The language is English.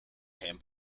ham